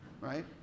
right